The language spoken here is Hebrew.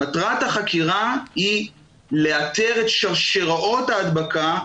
מטרת החקירה היא לאתר את שרשראות ההדבקה,